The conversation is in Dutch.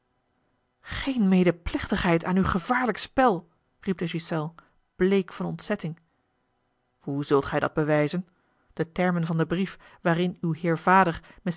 geene medeplichtigheid aan uw gevaarlijk spel riep de ghiselles bleek van ontzetting hoe zult gij dat bewijzen de termen van den brief waarin uw heer vader